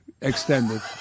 Extended